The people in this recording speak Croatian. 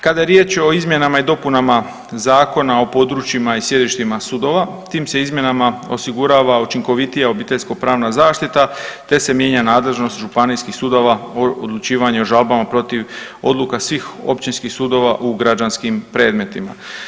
Kada je riječ o izmjenama i dopunama Zakona o područjima i sjedištima sudova, tim se izmjenama osigurava učinkovitija obiteljsko-pravna zaštita te se mijenja nadležnost županijskih sudova o odlučivanju o žalbama protiv odluka svih općinskih suda u građanskim predmetima.